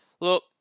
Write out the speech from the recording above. Look